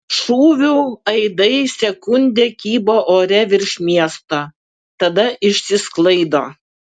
šūvių aidai sekundę kybo ore virš miesto tada išsisklaido